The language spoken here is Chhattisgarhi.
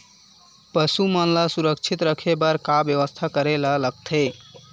पशु मन ल सुरक्षित रखे बर का बेवस्था करेला लगथे?